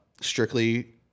strictly